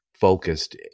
focused